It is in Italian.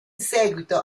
seguito